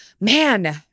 man